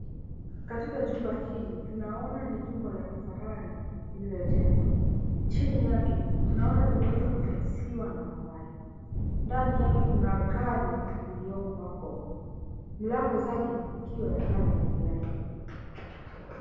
Katika jumba hili, tunaona ni jumba la kifahari lililojengwa. Chini yake tunaona limweza kufensiwa na mawaya. Ndani yake kuna gari lilioko hapo. Mlango zake ni kioo ya colour ya black .